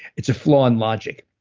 it's a flaw in logic,